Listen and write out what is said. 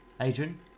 Adrian